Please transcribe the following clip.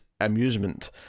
amusement